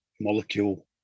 molecule